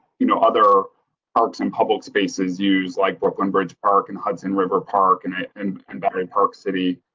you know, other parks and public spaces use like brooklyn bridge park and hudson river park and and and battery park city.